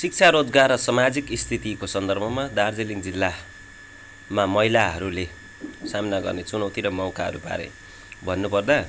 शिक्षा रोजगार र समाजिक स्थितिको सन्दर्भमा दार्जिलिङ जिल्लामा महिलाहरूले सामना गर्ने चुनौती र मौकाहरूबारे भन्नु पर्दा